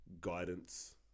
guidance